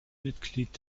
mitglied